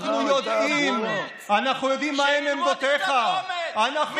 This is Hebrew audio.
אנחנו יודעים מהן עמדותיך, דבר באומץ.